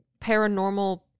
paranormal